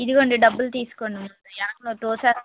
ఇదిగోండి డబ్బులు తీసుకోండి ముందు వెనకల తోస్తున్నారు